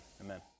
Amen